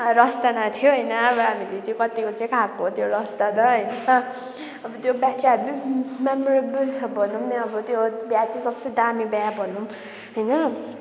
रसदाना थियो होइन अब हामीले चाहिँ कतिको चाहिँ खाएको हो त्यो रसदाना होइन अब त्यो बिहे चाहिँ हेबी मेमोरेबल छ होइन भनौँ न अब त्यो बिहा चाहिँ सबसे दामी बिहा भनौँ होइन